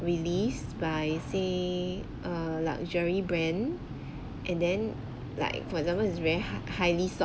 release by say a luxury brand and then like for example it's very hi~ highly sought